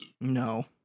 No